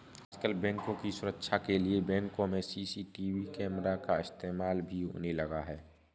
आजकल बैंकों की सुरक्षा के लिए बैंकों में सी.सी.टी.वी कैमरा का इस्तेमाल भी होने लगा है